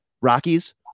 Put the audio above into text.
Rockies